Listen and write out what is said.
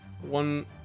one